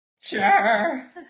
Sure